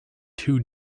too